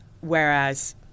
whereas